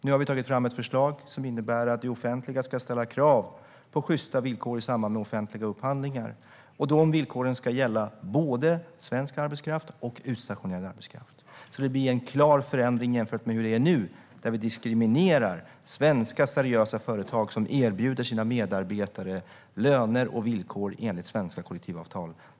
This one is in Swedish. Nu har vi tagit fram ett förslag som innebär att det offentliga ska ställa krav på sjysta villkor i samband med offentlig upphandling. Dessa villkor ska gälla både svensk arbetskraft och utstationerad arbetskraft. Det ska bli en klar förändring mot hur det är nu när svenska seriösa företag som erbjuder sina medarbetare löner och villkor enligt svenska kollektivavtal diskrimineras.